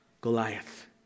Goliath